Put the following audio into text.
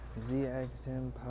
ZXM